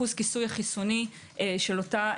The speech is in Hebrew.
מה אחוז הכיסוי החיסוני של אותן